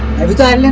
has started and